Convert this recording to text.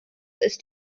ist